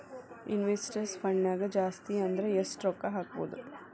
Investment ಫಂಡ್ನ್ಯಾಗ ಜಾಸ್ತಿ ಅಂದ್ರ ಯೆಷ್ಟ್ ರೊಕ್ಕಾ ಹಾಕ್ಬೋದ್?